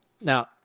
Now